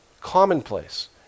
Commonplace